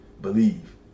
believe